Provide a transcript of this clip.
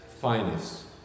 finest